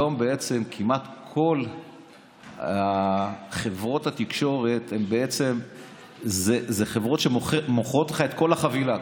היום כמעט כל חברות התקשורת הן חברות שמוכרות לך את כל החבילה,